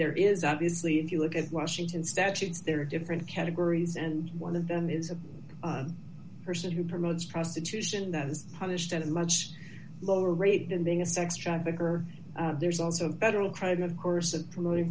there is obviously if you look at washington statutes there are different categories and one of them is a person who promotes prostitution that is published in a much lower rate than being a sex trafficker there's also a federal crime of course of promoting